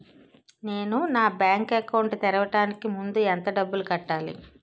నేను నా bank account తెరవడానికి ముందు ఎంత డబ్బులు కట్టాలి?